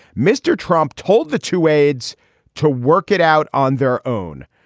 mr. trump told the two aides to work it out on their own.